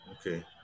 Okay